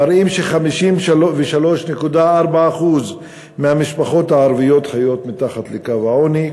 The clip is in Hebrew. מראים ש-53.4% מהמשפחות הערביות חיות מתחת לקו העוני.